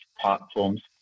platforms